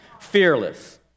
Fearless